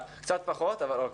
קצת פחות, גם אני חישבתי.